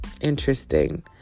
interesting